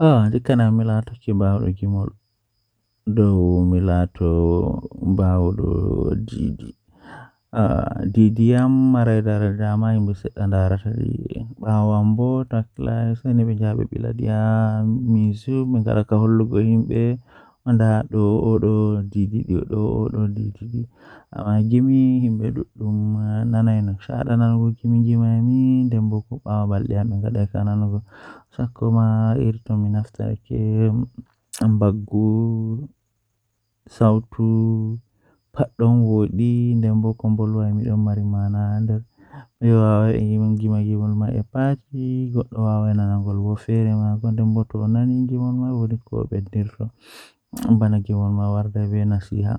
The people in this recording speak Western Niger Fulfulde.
Ah Taarihi ɗum belɗum ɗum boɗɗum bo masin History waawi hokkata moƴƴi e ɓe waɗtudee, ɓe waawataa faami noyiɗɗo e nder laawol. E ɗum woodi firtiimaaji moƴƴi ngam yeeyii laawol e soodun faa, hay ɓe waawataa ko aadee e ɓe waɗtude ngal noyiɗɗo. Ko tawa moƴƴi e history ngam tawti caɗeele e laawol fuɗɗi.